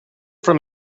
from